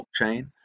blockchain